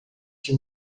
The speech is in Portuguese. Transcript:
que